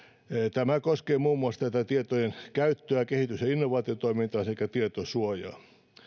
tämä koskee muun muassa tätä tietojen käyttöä kehitys ja innovaatiotoimintaa sekä tietosuojaa